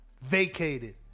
vacated